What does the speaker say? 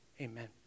Amen